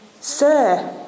Sir